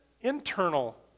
internal